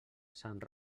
sant